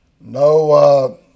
No